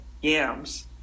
yams